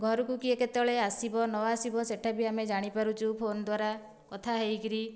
ଘରକୁ କିଏ କେତେବେଳେ ଆସିବ ନ ଆସିବ ସେଇଟା ବି ଆମେ ଜାଣିପାରୁଛୁ ଫୋନ୍ ଦ୍ୱାରା କଥା ହେଇକରି